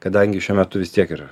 kadangi šiuo metu vis tiek yra